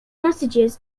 messages